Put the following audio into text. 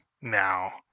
now